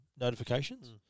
notifications